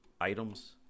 items